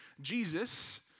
Jesus